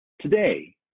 today